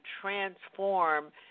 transform